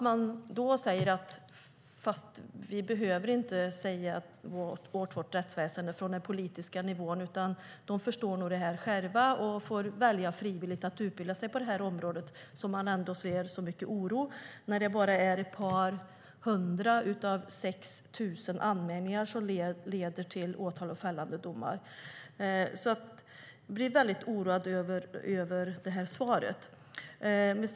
Man säger: Vi behöver inte säga åt vårt rättsväsende från den politiska nivån, utan de förstår nog det här själva och får välja att frivilligt utbilda sig på det här området. Ändå ser man mycket oro när det bara är ett par hundra av 6 000 anmälningar som leder till åtal och fällande domar. Jag blir väldigt oroad av det svaret.